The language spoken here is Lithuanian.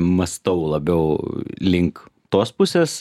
mąstau labiau link tos pusės